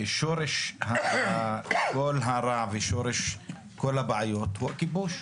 שורש כל הרע ושורש כל הבעיות הוא הכיבוש.